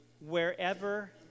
wherever